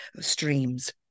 streams